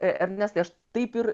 e ernestai aš taip ir